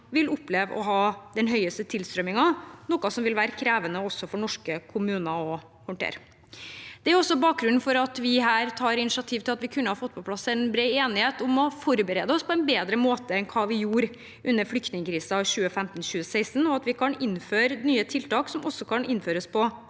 vil oppleve å ha den høyeste tilstrømmingen, noe som vil være krevende for norske kommuner å håndtere. Det er bakgrunnen for at vi her tar initiativ til at vi kan få på plass en bred enighet om å forberede oss på en bedre måte enn hva vi gjorde under flyktningkrisen i 2015–2016, og at vi kan innføre nye tiltak som kan settes i